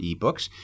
ebooks